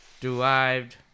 derived